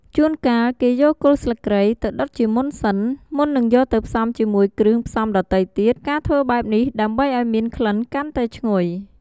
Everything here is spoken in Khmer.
ជួនកាលគេយកគល់ស្លឹកគ្រៃទៅដុតជាមុនសិន មុននឹងយកទៅផ្សំជាមួយគ្រឿងផ្សំដទៃទៀត ការធ្វើបែបនេះដើម្បីឱ្យមានក្លិនកាន់តែឈ្ងុយ។